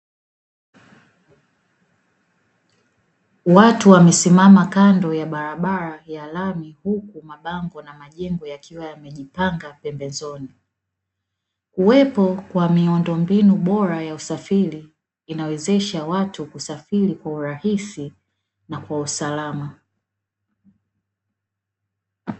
Watu wamesimama kando ya barabara ya lami huku mabango na majengo yakiwa yamejipanga pembezoni, Kuwepo kwa miundombinu bora ya usafiri inanawezesha watu kusafiri kwa urahisi na kwa usalama.